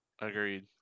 Agreed